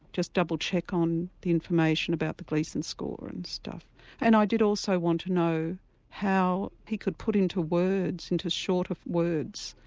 just double check on the information about the gleason score and stuff and i did also want to know how he could put into words, into shorter words,